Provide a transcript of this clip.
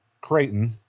Creighton